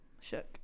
shook